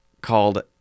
called